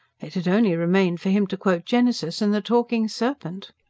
it had only remained for him to quote genesis, and the talking serpent!